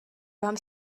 vám